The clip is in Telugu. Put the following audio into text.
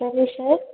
సరే సార్